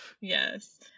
Yes